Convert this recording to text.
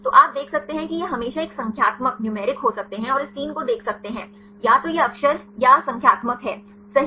तो आप देख सकते है की यह हमेशा एक संख्यात्मक हो सकते हैं और इस 3 को देख सकते हैं या तो यह अक्षर या संख्यात्मक है सही